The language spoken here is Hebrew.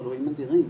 אלוהים אדירים,